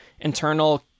internal